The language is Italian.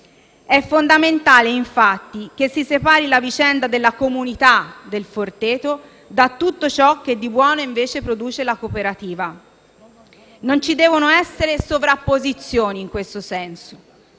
È fondamentale infatti che si separi la vicenda della comunità «Il Forteto» da tutto ciò che di buono produce invece la cooperativa: non ci devono essere sovrapposizioni in questo senso.